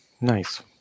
nice